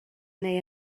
neu